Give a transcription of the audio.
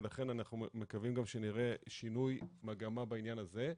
ולכן אנחנו מקווים שנראה שינוי מגמה בעניין הזה.